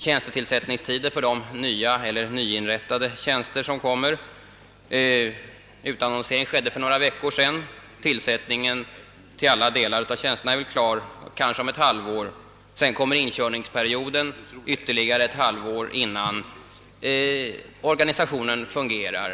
Tillsättningen av de nya tjänsterna — de utannonserades för några veckor sedan — är väl klar till alla delar om ungefär ett halvår. Sedan kommer en inkörningsperiod på ytterligare ett halvår innan organisationen fungerar.